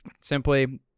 simply